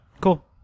Cool